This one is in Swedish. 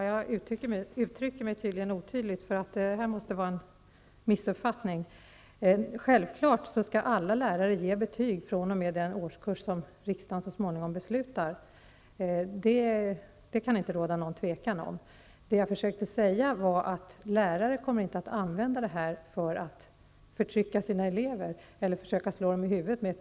Herr talman! Jag uttryckte mig tydligen otydligt, för det här måste röra sig om en missuppfattning. Självfallet skall alla lärare ge betyg fr.o.m. den årskurs som riksdagen så småningom beslutar om. Därom råder inga tvivel. Vad jag försökte säga var att lärare inte kommer att använda betyg för att förtrycka sina elever eller för att försöka slå dem i huvudet med.